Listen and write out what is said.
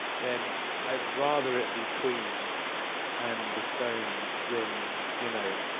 then i'd rather it be queen and the stones than you know